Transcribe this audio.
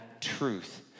truth